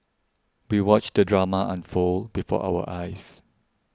we watched the drama unfold before our eyes